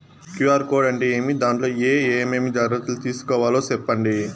QR code అంటే ఏమి? దాంట్లో ఏ ఏమేమి జాగ్రత్తలు తీసుకోవాలో సెప్పండి?